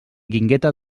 guingueta